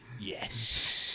Yes